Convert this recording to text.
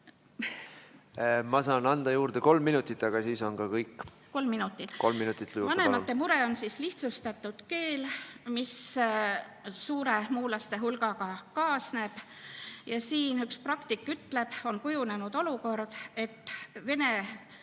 Ma saan anda juurde kolm minutit, aga siis on ka kõik. Siis kolm minutit. Vanemate mure on lihtsustatud keel, mis suure muulaste hulgaga kaasneb. Siin üks praktik ütleb, on kujunenud olukord, et